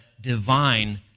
divine